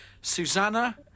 Susanna